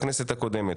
בכנסת הקודמת,